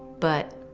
but.